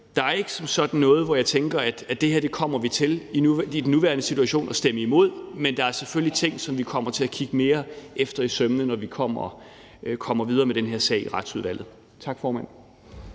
Der er ikke som sådan noget, hvor jeg tænker, at det her kommer vi til i den nuværende situation at stemme imod, men der er selvfølgelig ting, som vi kommer til at kigge mere efter i sømmene, når vi kommer videre med den her sag i Retsudvalget. Tak, formand.